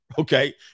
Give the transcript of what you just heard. okay